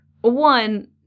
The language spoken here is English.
one